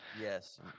Yes